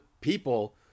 people